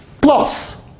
plus